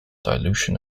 dilution